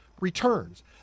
returns